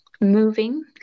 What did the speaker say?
moving